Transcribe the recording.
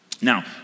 Now